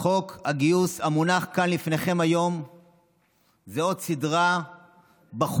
חוק הגיוס המונח כאן לפניכם היום הוא מסדרה של